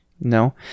No